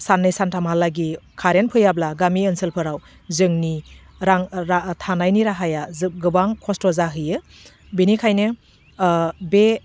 साननै सानथामालागै कारेन्ट फैयाब्ला गामि ओनसोलफोराव जोंनि रां रा थानायनि राहाया जोब गोबां खस्थ' जाहैयो बेनिखायनो बे